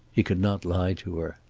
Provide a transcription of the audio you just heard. he could not lie to her.